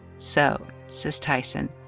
so, says tyson,